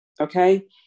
okay